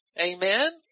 Amen